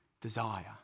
Desire